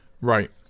Right